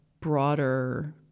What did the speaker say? broader